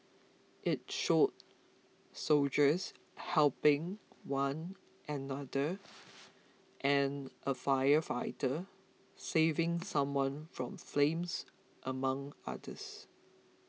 it showed soldiers helping one another and a firefighter saving someone from flames among others